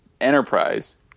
Enterprise